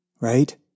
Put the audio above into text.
right